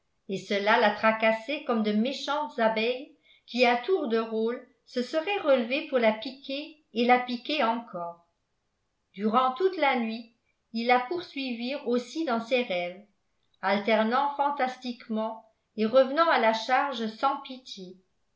et cela la tracassait comme de méchantes abeilles qui à tour de rôle se seraient relevées pour la piquer et la piquer encore durant toute la nuit ils la poursuivirent aussi dans ses rêves alternant fantastiquement et revenant à la charge sans pitié